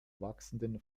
wachsenden